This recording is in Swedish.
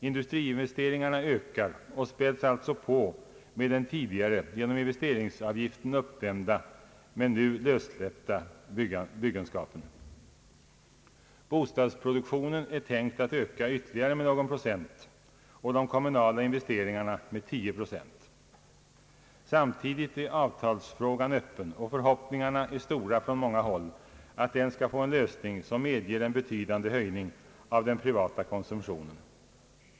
Industriinvesteringarna ökar och späds alltså på med det tidigare genom investeringsavgiften uppdämda men nu lössläppta byggandet. Bostadsproduktionen är tänkt att öka ytterligare någon procent och de kommunala investeringarna med 10 procent. Samtidigt är avtalsfrågan öppen, och förhoppningarna är stora på många håll att den skall få en lösning som medger en betydande höjning av den privata konsumtionen.